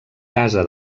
casa